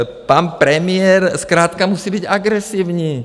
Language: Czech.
Pan premiér zkrátka musí být agresivní.